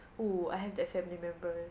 oo I have that family member